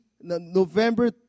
November